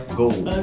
gold